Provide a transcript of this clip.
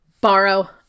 borrow